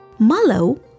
mallow